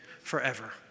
forever